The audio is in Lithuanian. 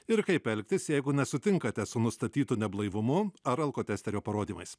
ir kaip elgtis jeigu nesutinkate su nustatytu neblaivumu ar alkotesterio parodymais